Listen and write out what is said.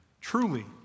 truly